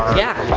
yeah,